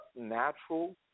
natural